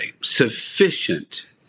Sufficient